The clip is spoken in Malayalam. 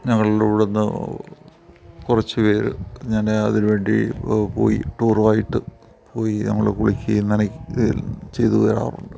ഞങ്ങളിവിടുന്ന് കുറച്ച് പേര് ഞാൻ അതിനുവേണ്ടി പോയി ടൂറുമായിട്ട് പോയി ഞങ്ങൾ കുളിക്കേം നനക്കേം ചെയ്ത് വരാറുണ്ട്